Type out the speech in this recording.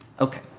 Okay